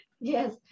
Yes